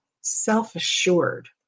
self-assured